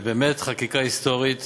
באמת חקיקה היסטורית